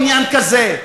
עניין כזה,